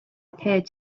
appeared